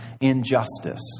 injustice